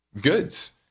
goods